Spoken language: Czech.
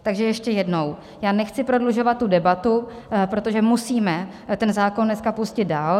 Takže ještě jednou, já nechci prodlužovat debatu, protože musíme ten zákon teď pustit dál.